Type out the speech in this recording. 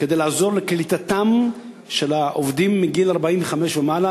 כדי לעזור לקליטתם של העובדים מגיל 45 ומעלה,